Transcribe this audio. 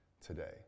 today